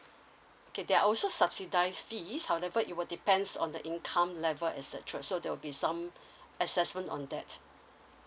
okay there are also subsidize fees however it will depends on the income level et cetera so there'll be some assessment on that